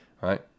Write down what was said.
Right